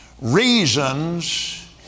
reasons